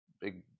big